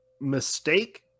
mistake